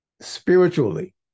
Spiritually